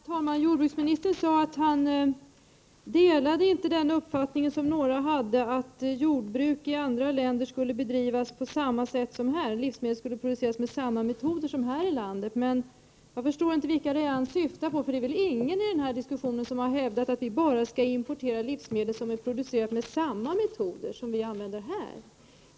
Herr talman! Jordbruksministern sade att han inte delar uppfattningen att jordbruk i andra länder skall bedrivas på samma sätt som i Sverige, dvs. att livsmedlen skall produceras med samma metoder som i Sverige. Jag förstår inte vilka han syftar på. Det är väl ingen som i denna diskussion har hävdat att Sverige skall importera enbart livsmedel som är producerade med samma metoder som används i Sverige.